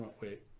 wait